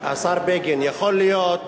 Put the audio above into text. השר בגין, יכול להיות